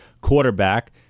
quarterback